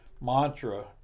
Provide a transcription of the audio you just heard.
mantra